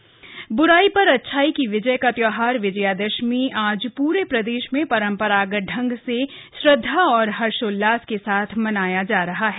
विजयदशमी बुराई पर अच्छाई की विजय का त्यौहार विजयादशमी आज पूरे प्रदेश में परम्परागत ढंग से श्रद्वा और हर्षोल्लास के साथ मनाया जा रहा है